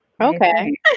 Okay